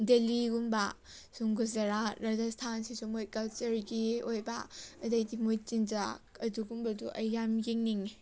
ꯗꯦꯜꯂꯤ ꯒꯨꯝꯕ ꯁꯨꯝ ꯒꯨꯖꯔꯥꯠ ꯔꯥꯖꯁꯊꯥꯟ ꯁꯤꯁꯨ ꯃꯣꯏ ꯀꯜꯆꯔꯒꯤ ꯑꯣꯏꯕ ꯑꯗꯨꯗꯩꯗꯤ ꯃꯣꯏ ꯆꯤꯟꯖꯥꯛ ꯑꯗꯨꯒꯨꯝꯕꯗꯣ ꯑꯩ ꯌꯥꯝ ꯌꯦꯡꯅꯤꯡꯏ